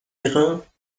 terrains